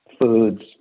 foods